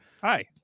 Hi